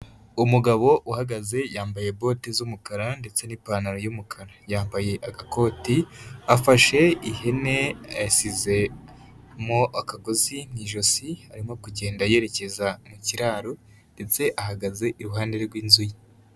Umugabo uhagaze, yambaye boti z'umukara ndetse n'ipantaro y'umukara, yambaye agakoti, afashe ihene yashyizemo akagozi mu ijosi arimo kugenda yerekeza mu kiraro, ndetse ahagaze iruhande rw'inzu ye.